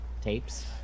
tapes